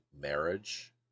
marriage